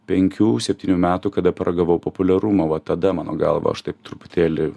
penkių septynių metų kada paragavau populiarumo va tada mano galva aš taip truputėlį